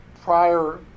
prior